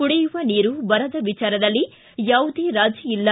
ಕುಡಿಯುವ ನೀರು ಬರದ ವಿಚಾರದಲ್ಲಿ ಯಾವುದೇ ರಾಜಿ ಇಲ್ಲ